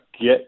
get